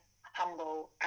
humble